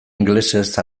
ingelesez